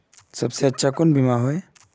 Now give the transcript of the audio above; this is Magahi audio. सबसे अच्छा कुन बिमा होय?